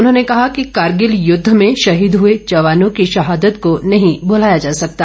उन्होंने कहा कि कारगिल युद्ध में शहीद हुए जवानों की शहादत को नहीं भुलाया जा सकता